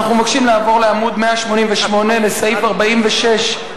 אנחנו מבקשים לעבור לעמוד 188 לסעיף 460110,